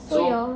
so you all